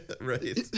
Right